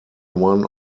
one